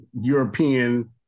European